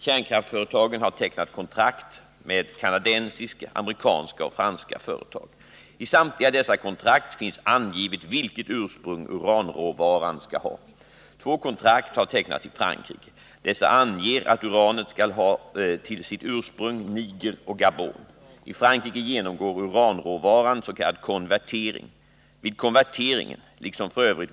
Kärnkraftsföretagen har tecknat kontrakt med kanadensiska, amerikanska och franska företag. I samtliga dessa kontrakt finns angivet vilket ursprung uranråvaran skall ha. Två kontrakt har tecknats i Frankrike. Dessa anger att uranet skall ha till sitt ursprung Niger och Gabon. I Frankrike genomgår uranråvaran s.k. konvertering. Vid konverteringen, liksom f.ö.